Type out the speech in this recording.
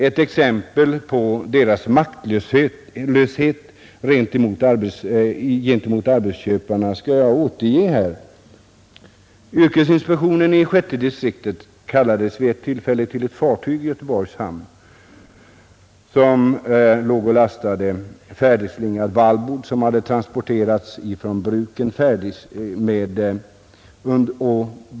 Ett exempel på dess maktlöshet gentemot arbetsköparna skall jag återge här. Yrkesinspektionen i sjätte distriktet kallades vid ett tillfälle till ett fartyg i Göteborgs hamn. Fartyget låg och lastade färdigslingad wallboard, som hade transporterats från bruken.